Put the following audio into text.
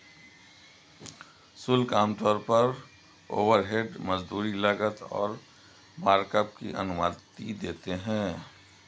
शुल्क आमतौर पर ओवरहेड, मजदूरी, लागत और मार्कअप की अनुमति देते हैं